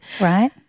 Right